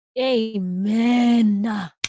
Amen